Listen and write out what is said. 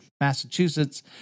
Massachusetts